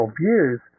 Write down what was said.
views